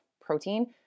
protein